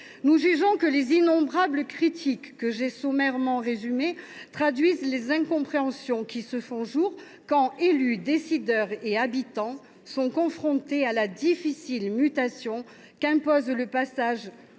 Nous jugeons que les innombrables critiques que j’ai sommairement résumées traduisent les incompréhensions qui apparaissent quand les élus, les décideurs et les habitants sont confrontés à la difficile mutation qu’impose le passage